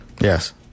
Yes